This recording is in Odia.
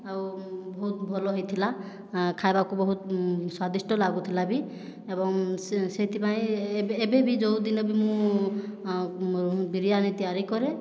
ଆଉ ବହୁତ ଭଲ ହୋଇଥିଲା ଖାଇବାକୁ ବହୁତ ସ୍ୱାଦିଷ୍ଟ ଲାଗୁଥିଲା ବି ଏବଂ ସେଥିପାଇଁ ଏବେ ଏବେ ବି ଯେଉଁଦିନ ବି ମୁଁ ବିରିୟାନୀ ତିଆରି କରେ